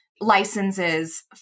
licenses